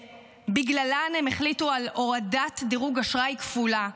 שבגללן הם החליטו על הורדת דירוג אשראי כפולה,